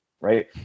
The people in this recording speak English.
right